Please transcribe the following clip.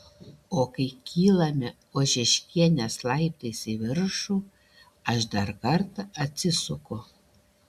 o kai kylame ožeškienės laiptais į viršų aš dar kartą atsisuku